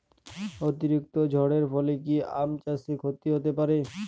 অতিরিক্ত ঝড়ের ফলে কি আম চাষে ক্ষতি হতে পারে?